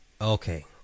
Okay